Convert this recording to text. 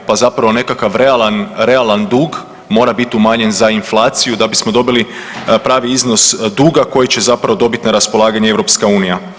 Pa zapravo nekakav realan dug mora biti umanjen za inflaciju da bismo dobili pravi iznos duga koji će zapravo dobiti na raspolaganje Europska unija.